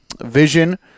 vision